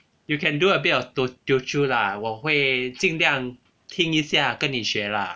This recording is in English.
you can do a bit of teochew lah 我会尽量听一下跟你学 lah